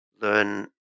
learn